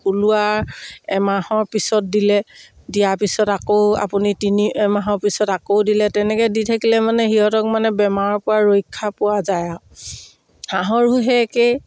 ওলোৱাৰ এমাহৰ পিছত দিলে দিয়া পিছত আকৌ আপুনি তিনি মাহৰ পিছত আকৌ দিলে তেনেকৈ দি থাকিলে মানে সিহঁতক মানে বেমাৰৰ পৰা ৰক্ষা পোৱা যায় আৰু হাঁহৰো সেই একেই